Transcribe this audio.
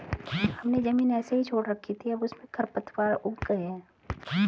हमने ज़मीन ऐसे ही छोड़ रखी थी, अब उसमें खरपतवार उग गए हैं